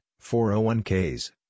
401ks